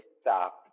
Stop